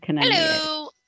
Hello